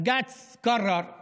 (אומר דברים